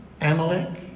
Amalek